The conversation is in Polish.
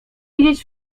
widzieć